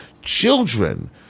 children